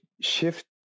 shift